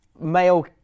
male